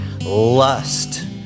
lust